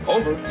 Over